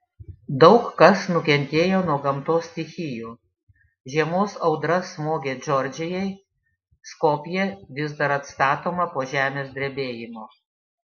daug kas nukentėjo nuo gamtos stichijų žiemos audra smogė džordžijai skopjė vis dar atstatoma po žemės drebėjimo